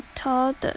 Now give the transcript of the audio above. told